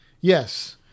Yes